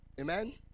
Amen